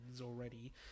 already